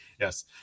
yes